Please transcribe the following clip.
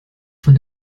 von